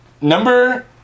number